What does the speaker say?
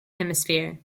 hemisphere